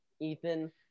Ethan